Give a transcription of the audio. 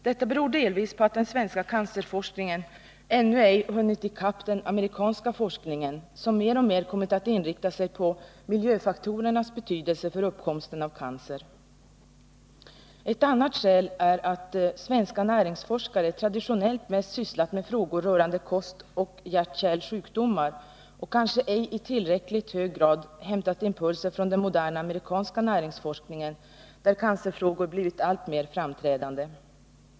Detta beror delvis på att den svenska cancerforskningen ännu ej hunnit i kapp den amerikanska forskningen, som mer och mer kommit att inrikta sig på miljöfaktorers betydelse för uppkomsten av cancer. Ett annat skäl är att svenska näringsforskare traditionellt mest sysslat med frågor rörande kost och hjärtkärlsjukdomar och kanske ej i tillräckligt hög grad hämtat impulser från den moderna amerikanska näringsforskningen, där cancerfrågor blivit alltmer framträdande.